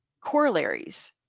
corollaries